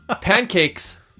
Pancakes